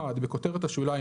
(1)בכותרת השוליים,